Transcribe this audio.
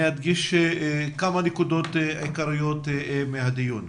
אני רוצה להדגיש כמה נקודות עיקריות שעולות מהדיון.